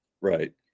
Right